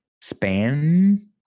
Span